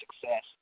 success